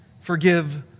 forgive